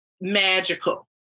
magical